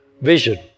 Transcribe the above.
vision